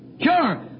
Sure